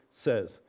says